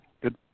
Good